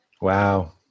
Wow